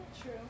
true